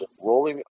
Rolling